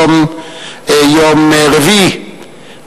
היום יום רביעי,